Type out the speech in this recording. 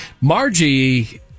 Margie